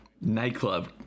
nightclub